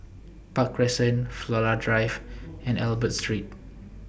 Park Crescent Flora Drive and Albert Street